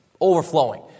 overflowing